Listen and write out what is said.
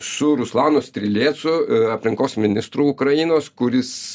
su ruslanu strilėcu aplinkos ministru ukrainos kuris